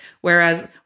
Whereas